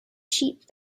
sheep